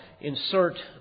insert